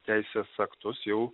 teisės aktus jau